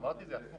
אמרתי את זה הפוך.